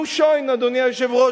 נו שוין, אדוני היושב-ראש.